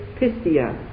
pistia